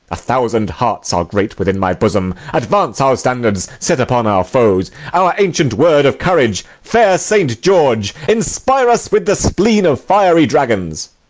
a thousand hearts are great within my bosom advance our standards, set upon our foes our ancient word of courage, fair saint george, inspire us with the spleen of fiery dragons!